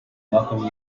welcome